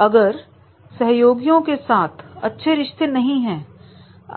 अगर सहयोगियों के साथ अच्छे रिश्ते नहीं हैं